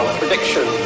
prediction